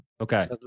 Okay